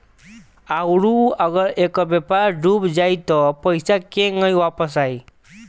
आउरु अगर ऐकर व्यापार डूब जाई त पइसा केंग वापस आई